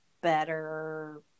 better